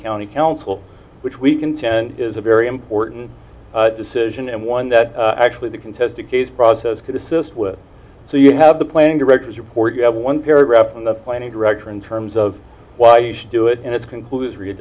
county council which we contend is a very important decision and one that actually the contest a case process could assist with so you have the planning director's report you have one paragraph in the planning director in terms of why you should do it and it's